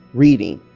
reading,